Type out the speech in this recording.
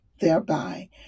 thereby